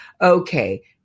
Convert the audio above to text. Okay